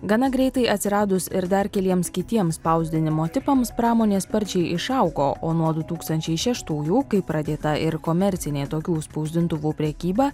gana greitai atsiradus ir dar keliems kitiems spausdinimo tipams pramonė sparčiai išaugo o nuo du tūkstančiai šeštųjų kai pradėta ir komercinė tokių spausdintuvų prekyba